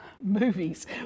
movies